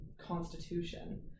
constitution